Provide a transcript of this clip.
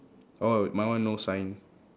oh my one no sign